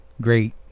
great